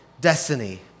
destiny